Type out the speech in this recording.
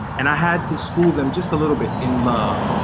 and i had to school them just a little bit in love.